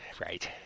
right